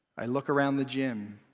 i look around the gym.